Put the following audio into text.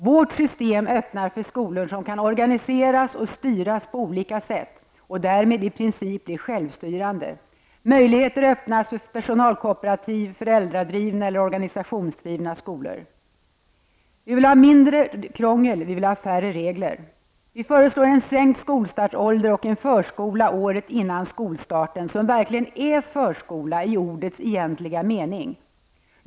Vårt system öppnar för skolor som kan organiseras och styras på olika sätt och därmed i princip bli självstyrande. Möjligheter öppnas för personalkooperativ samt föräldra eller organisationsdrivna skolor. Vi vill ha mindre krångel och färre regler. Vi föreslår en sänkt skolstartsålder och en förskola året innan skolstarten som verkligen är förskola i ordets egentliga mening.